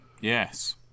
Yes